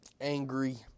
angry